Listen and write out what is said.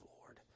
Lord